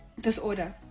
disorder